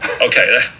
Okay